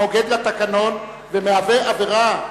נוגד לתקנון ומהווה עבירה,